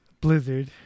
blizzard